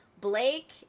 Blake